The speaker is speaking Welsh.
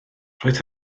roedd